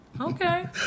okay